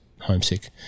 homesick